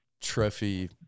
trophy